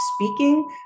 speaking